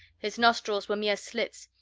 his nostrils were mere slits,